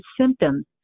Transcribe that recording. symptoms